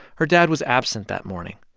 her dad was absent that morning.